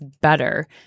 better